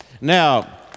Now